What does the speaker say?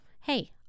hey